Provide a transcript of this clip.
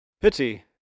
Pity